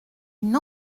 une